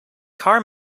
carr